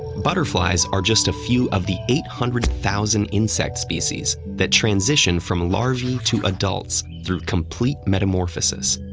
butterflies are just a few of the eight hundred thousand insect species that transition from larvae to adults through complete metamorphosis.